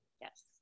Yes